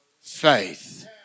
faith